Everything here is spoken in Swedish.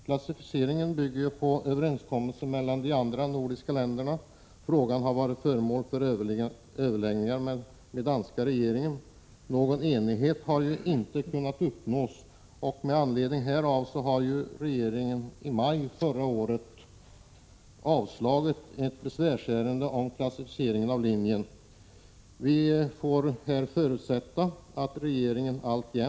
Klassificeringen bygger på en överenskommelse med de andra nordiska länderna. Frågan har varit föremål för överläggningar med den danska regeringen. Någon enighet har inte kunnat uppnås, och med anledning härav har regeringen i maj förra året avslagit ett besvärsärende med krav på omklassificering av linjen. Vi får förutsätta att regeringen även i fortsättning 125 Prot.